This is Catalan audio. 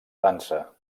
dansa